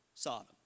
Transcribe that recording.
Sodom